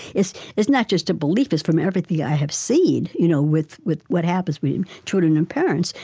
it's it's not just a belief, it's from everything i have seen you know with with what happens with children and parents.